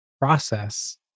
process